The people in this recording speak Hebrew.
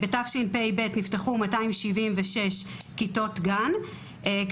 בתשפ"ב נפתחו 276 כיתות גן,